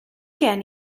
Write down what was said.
gen